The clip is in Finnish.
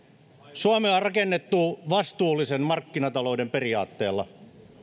suomea on rakennettu vastuullisen markkinatalouden periaatteella